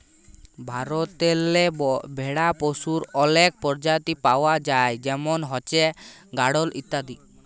ভারতেল্লে ভেড়া পশুর অলেক পরজাতি পাউয়া যায় যেমল হছে গাঢ়ল ইত্যাদি